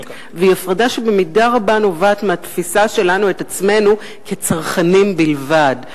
והיא הפרדה שבמידה רבה נובעת מהתפיסה שלנו את עצמנו כצרכנים בלבד,